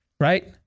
right